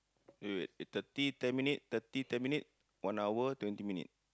wait wait uh thirty ten minute thirty ten minute one hour twenty minute